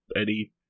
Eddie